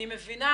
אני מבינה